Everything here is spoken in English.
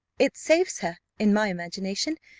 it saves her, in my imagination,